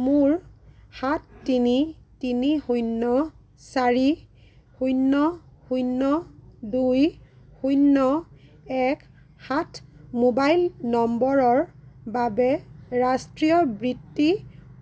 মোৰ সাত তিনি তিনি শূন্য চাৰি শূন্য শূন্য দুই শূন্য এক সাত ম'বাইল নম্বৰৰ বাবে ৰাষ্ট্ৰীয় বৃত্তি